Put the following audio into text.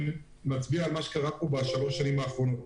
שמצביע על מה שקרה פה בשלוש השנים האחרונות.